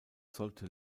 sollte